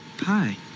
Hi